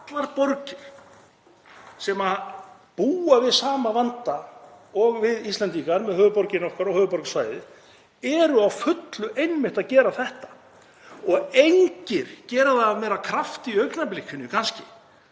allar borgir sem búa við sama vanda og við Íslendingar með höfuðborgina okkar og höfuðborgarsvæðið eru á fullu einmitt að gera þetta og engir gera það af meiri krafti í augnablikinu kannski